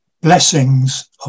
blessings